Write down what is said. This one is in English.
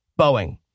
Boeing